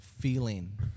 feeling